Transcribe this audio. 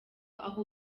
aho